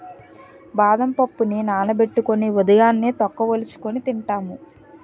బాదం పప్పుని నానబెట్టుకొని ఉదయాన్నే తొక్క వలుచుకొని తింటాము